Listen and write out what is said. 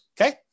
okay